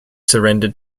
surrendered